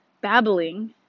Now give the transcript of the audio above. babbling